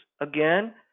again